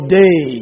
day